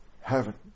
heaven